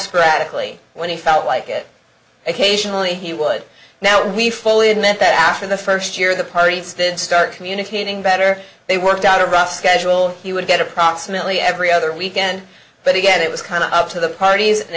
sporadically when he felt like it occasionally he would now we fully admit that after the first year the parties did start communicating better they worked out a rough schedule he would get approximately every other weekend but again it was kind of up to the parties and